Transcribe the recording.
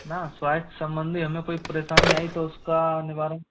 ना स्वास्थ्य सम्बंधित हमें कोई परेशानी आई तो उसका निवारण